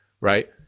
right